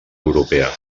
europea